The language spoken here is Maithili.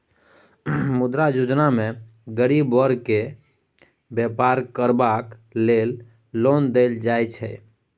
मुद्रा योजना मे गरीब बर्ग केँ बेपार करबाक लेल लोन देल जाइ छै